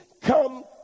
come